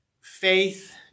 faith